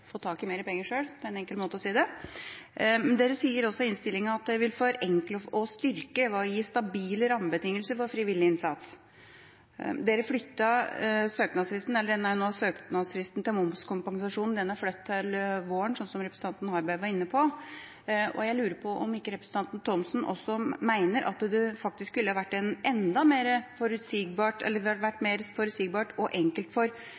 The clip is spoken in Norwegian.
penger sjøl – det er en enkel måte å si det på. Fremskrittspartiet sier i innstillinga at de vil forenkle og styrke og gi stabile rammebetingelser for frivillig innsats. De flyttet søknadsfristen – søknadsfristen for momskompensasjon er nå flyttet til våren, som representanten Harberg var inne på. Jeg lurer på om ikke representanten Thomsen også mener at det faktisk ville ha vært enda mer forutsigbart